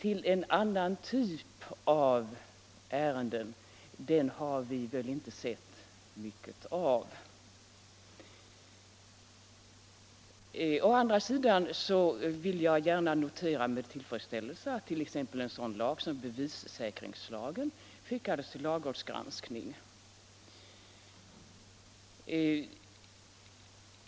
Å andra sidan vill jag — tjänsteutövning gärna notera med tillfredsställelse att t.ex. bevissäkringslagen skickades m.m. till lagrådsgranskning.